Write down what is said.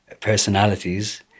personalities